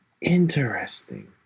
Interesting